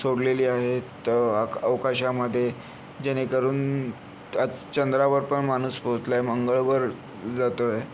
सोडलेली आहेत अक अवकाशामध्ये जेणेकरून त्याच चंद्रावर पण माणूस पोहचला आहे मंगळावर जातो आहे